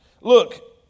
Look